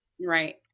Right